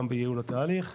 גם בייעול התהליך.